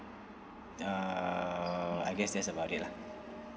uh I guess that's about it lah